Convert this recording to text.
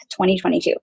2022